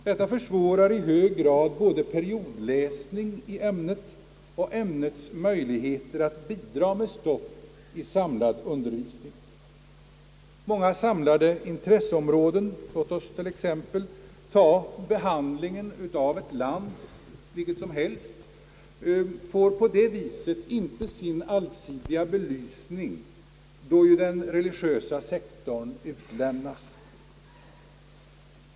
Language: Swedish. Detta försvårar i hög grad både periodläsning i ämnet och ämnets möjligheter att bidra med stoff i samlad undervisning. Många samlade intresseområden, låt oss t.ex. ta behandlingen av ett land vilket som helst, får på det viset inte sin allsidiga belysning, då ju den religiösa sektorn utelämnas.